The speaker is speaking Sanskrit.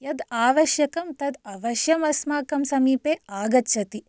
यत् आवश्यकं तत् अवश्यम् अस्माकं समीपे आगच्छति